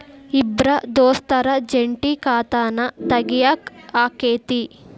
ಇಬ್ರ ದೋಸ್ತರ ಜಂಟಿ ಖಾತಾನ ತಗಿಯಾಕ್ ಆಕ್ಕೆತಿ?